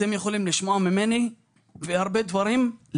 אתם יכולים לשמוע ממני ולמנף הרבה דברים.